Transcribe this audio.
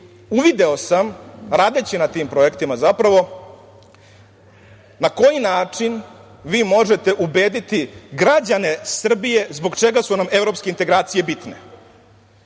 uvideo sam radeći na tim projektima zapravo na koji način vi možete ubediti građane Srbije zbog čega su nam evropske integracije bitne. Iskren